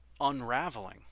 unraveling